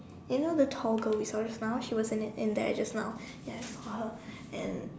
you know the tall girl we saw just now she was in it in there just now ya I saw her